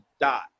dot